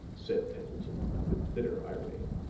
said pendleton, with bitter irony.